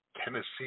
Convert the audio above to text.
Tennessee